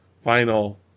final